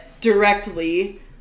directly